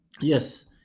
yes